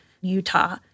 Utah